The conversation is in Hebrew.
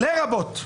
לרבות.